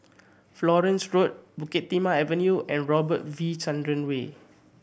Florence Road Bukit Timah Avenue and Robert V Chandran Way